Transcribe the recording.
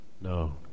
No